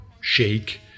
shake